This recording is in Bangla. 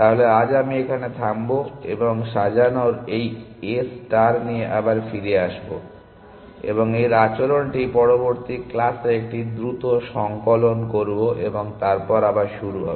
তাহলে আজ আমি এখানে থামব এবং সাজানোর এই A ষ্টার নিয়ে আবার ফিরে আসব এবং এর আচরণটি পরবর্তী ক্লাসে একটি দ্রুত সংকলন করবো এবং তারপর আবার শুরু হবে